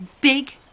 big